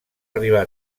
arribar